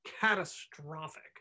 catastrophic